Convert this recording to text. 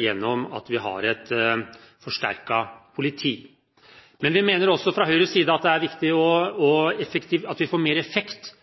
gjennom at vi har et forsterket politi. Men fra Høyres side mener vi også at det er viktig at vi får mer effekt